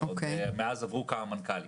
ומאז עברו כמה מנכ"לים.